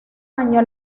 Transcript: año